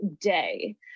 Day